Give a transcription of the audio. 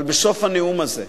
אבל בסוף הנאום הזה,